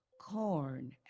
corn